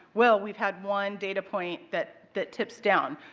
well, we have had one data point that that tips down.